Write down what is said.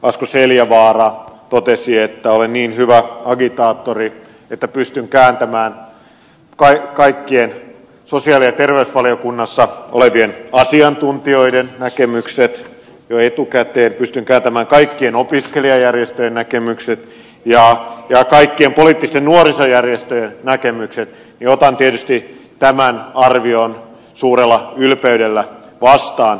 asko seljavaara totesi että olen niin hyvä agitaattori että pystyn kääntämään kaikkien sosiaali ja terveysvaliokunnassa olevien asiantuntijoiden näkemykset jo etukäteen pystyn kääntämään kaikkien opiskelijajärjestöjen näkemykset ja kaikkien poliittisten nuorisojärjestöjen näkemykset niin otan tietysti tämän arvion suurella ylpeydellä vastaan